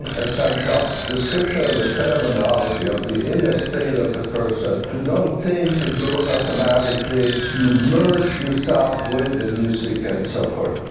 essential description of the phenomenology of the inner state of the person. you don't think it goes automatically, if you merge yourself with the music, and so forth.